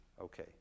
Okay